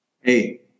Hey